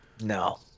No